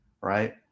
right